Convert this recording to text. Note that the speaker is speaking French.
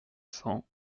cents